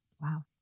Wow